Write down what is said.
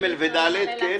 (ג) ו-(ד), כן.